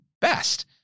best